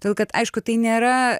todėl kad aišku tai nėra